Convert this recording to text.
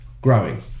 growing